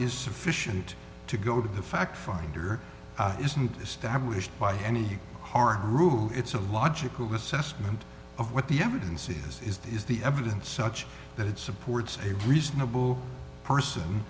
is sufficient to go to the fact finder isn't established by any hard rule it's a logical assessment of what the evidence is is that is the evidence such that it supports a reasonable person